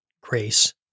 grace